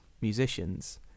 musicians